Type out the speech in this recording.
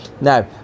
now